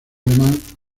alemán